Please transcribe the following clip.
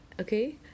okay